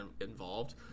involved